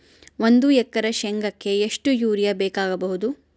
ಒಂದು ಎಕರೆ ಶೆಂಗಕ್ಕೆ ಎಷ್ಟು ಯೂರಿಯಾ ಬೇಕಾಗಬಹುದು?